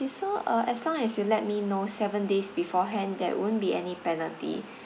so uh as long as you let me know seven days beforehand there won't be any penalty